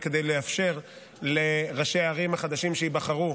וכדי לאפשר לראשי הערים החדשים שייבחרו,